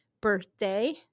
birthday